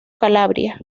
calabria